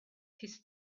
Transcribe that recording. his